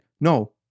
no